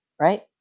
right